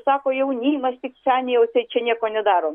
sako jaunimas tik seniai jau atseit čia nieko nedaro